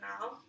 now